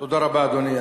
תודה רבה, אדוני.